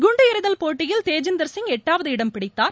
குண்டு எறிதல் போட்டியில் தேஜிந்திர் சிங் எட்டாவது இடம் பிடித்தார்